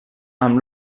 amb